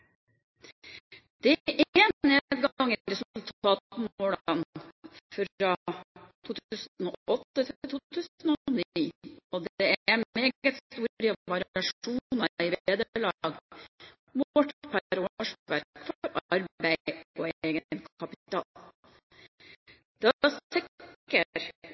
Det er nedgang i resultatmålene fra 2008 til 2009, og det er meget store variasjoner i vederlag målt per årsverk for arbeid og egenkapital. Det